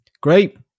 Great